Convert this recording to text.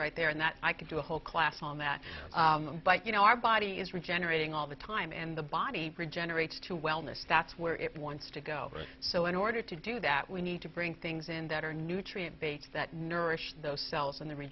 right there and that i could do a whole class on that but you know our body is regenerating all the time and the body regenerates to wellness that's where it wants to go so in order to do that we need to bring things in that are nutrient base that nourish those cells